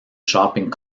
shopping